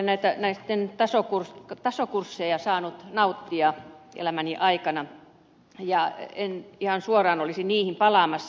minäkin olen näistä tasokursseista saanut nauttia elämäni aikana ja en ihan suoraan olisi niihin palaamassa